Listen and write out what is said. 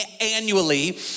annually